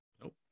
Nope